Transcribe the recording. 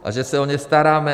A že se o ně staráme!